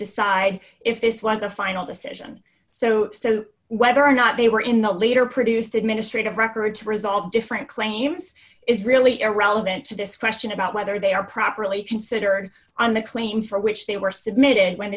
decide if this was a final decision so whether or not they were in the later produced administrative record to resolve different claims is really irrelevant to this question about whether they are properly considered on the claim for which they were submitted when